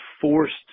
forced